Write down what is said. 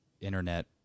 internet